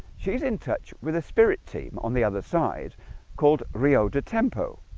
she's in touch with a spirit team on the other side called rio. de tempo